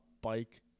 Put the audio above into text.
bike